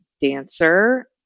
dancer